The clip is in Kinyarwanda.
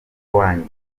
wanjye